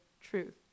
truth